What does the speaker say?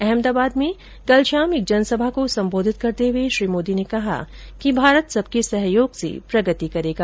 अहमदाबाद में कल शाम एक जनसभा को सम्बोधित करते हुए श्री मोदी ने कहा कि भारत सबके सहयोग से प्रगति करेगा